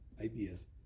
ideas